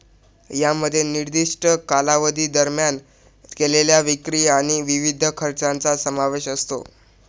यामध्ये निर्दिष्ट कालावधी दरम्यान केलेल्या विक्री आणि विविध खर्चांचा समावेश असतो